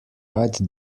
write